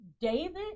David